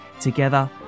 Together